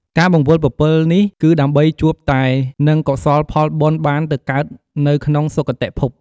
ការបង្វិលពពិលនេះគឺដើម្បីជួបតែនឹងកុសលផលបុណ្យបានទៅកើតនៅក្នុងសុគតិភព។